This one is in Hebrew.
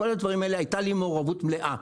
בכל הדברים האלה הייתה לי מעורבות מלאה.